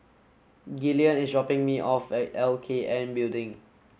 Gillian is dropping me off at L K N Building